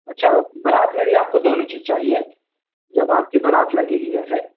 अच्छा बरात में भी आपको दोनों चीज चाहिए जब आपकी बारात लगेगी जैसे